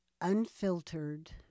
unfiltered